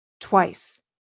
twice